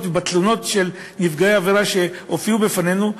ובתלונות של נפגעי עבירה שהופיעו בפנינו,